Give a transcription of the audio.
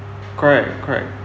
correct correct